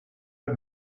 had